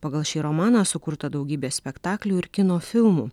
pagal šį romaną sukurta daugybė spektaklių ir kino filmų